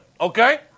okay